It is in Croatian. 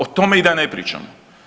O tome i da ne pričam.